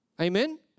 amen